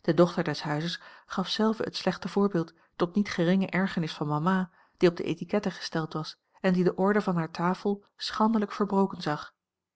de dochter des huizes gaf zelve het slechte voorbeeld tot niet geringe ergernis van mama die op de étiquette gesteld was en die de orde van hare tafel schandelijk verbroken zag